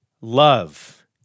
love